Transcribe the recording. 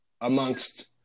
amongst